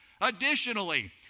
Additionally